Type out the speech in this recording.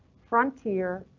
frontier,